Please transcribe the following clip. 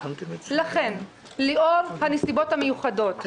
לכן לאור הנסיבות המיוחדות,